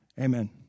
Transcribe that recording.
Amen